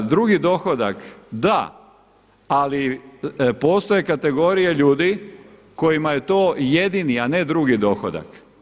Drugi dohodak da ali postoje kategorije ljudi kojima je to jedini a ne drugi dohodak.